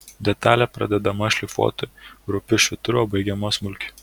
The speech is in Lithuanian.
detalė pradedama šlifuoti rupiu švitru o baigiama smulkiu